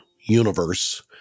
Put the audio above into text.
universe